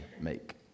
make